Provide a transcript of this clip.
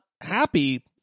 happy